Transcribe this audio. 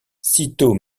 sitôt